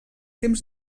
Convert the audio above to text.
temps